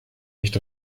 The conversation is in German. nicht